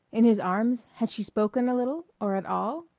in his arms had she spoken a little or at all?